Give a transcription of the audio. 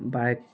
bike